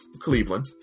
Cleveland